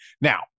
Now